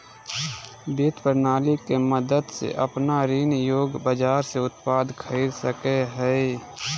वित्त प्रणाली के मदद से अपन ऋण योग्य बाजार से उत्पाद खरीद सकेय हइ